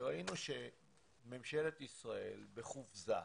כשראינו שממשלת ישראל, בחופזה,